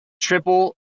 Triple